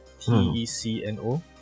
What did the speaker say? t-e-c-n-o